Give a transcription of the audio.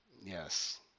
Yes